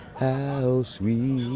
how sweet